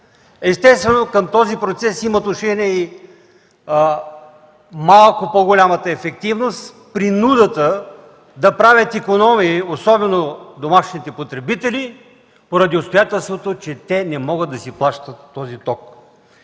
Естествено към този процес имат отношение и малко по голямата ефективност, принудата да правят икономии, особено домашните потребители, поради обстоятелството че не могат да си плащат този ток.